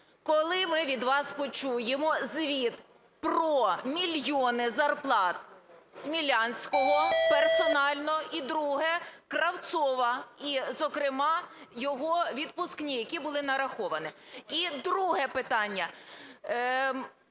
Коли ми від вас почуємо звіт про мільйони зарплат Смілянського персонально, і друге – Кравцова, і, зокрема, його відпускні, які були нараховані? І друге питання.